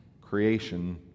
creation